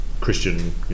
Christian